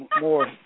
more